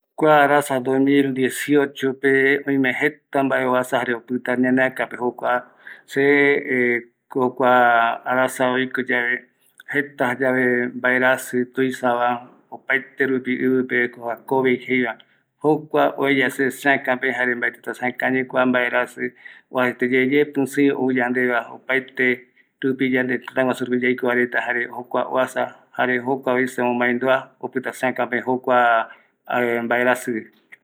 Kua Arasa mokoi eta payandepo juripe, oime jeta mbae oasa jare opïta ñanesakape, jokua see jokua arasa oiko yave jeta jayave mbaerasï, tuisava opaeterupi kua ivipe covid jeiva, jokua oeya se seakape, jare mbaetïta seakañi kua mbaerasï oajaete yeye pïsïi ou yandeva opaete rupi yande yaiko tëtä guju rupi yaikova oasa, jare jokua se esmomaendua, jare opïta seaka pe jokua mbaerasï.